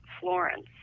Florence